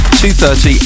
2.30